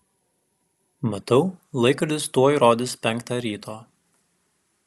matau laikrodis tuoj rodys penktą ryto